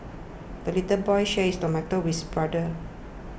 the little boy shared his tomato with brother